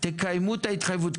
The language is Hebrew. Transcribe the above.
תקיימו את ההתחייבות.